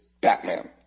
Batman